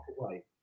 away